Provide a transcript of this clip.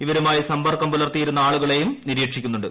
ഇവരുമായി സമ്പർക്കം പുലർത്തിയിരുന്ന ആളുകളെയും നിരീക്ഷിക്കുന്നുണ്ട്